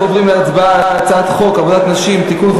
אנחנו עוברים להצעת חוק עבודת נשים (תיקון,